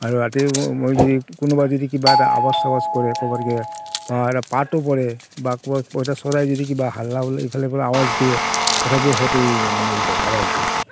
আৰু ৰাতি মই যদি কোনোবা যদি কিবা এটা আৱাজ চাৱাজ কৰে ক'ৰবাত কিবা বা পাতো পৰে বা ক'ৰবাত পইটাচৰাই কিবা হাল্লা ইফালে সিফালে আৱাজ দিয়ে তথাপিও সিহঁতে মানে এই কৰে আৱাজ দিয়ে